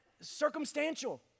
circumstantial